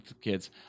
kids